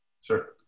sir